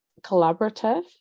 collaborative